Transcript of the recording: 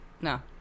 No